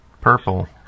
purple